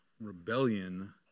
rebellion